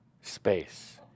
space